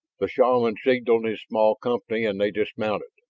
the shaman signaled his small company, and they dismounted.